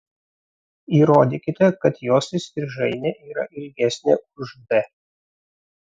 įrodykite kad jos įstrižainė yra ilgesnė už d